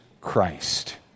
Christ